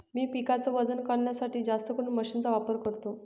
मी पिकाच वजन करण्यासाठी जास्तकरून मशीन चा वापर करतो